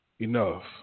Enough